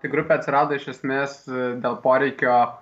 kai grupė atsirado iš esmės dėl poreikio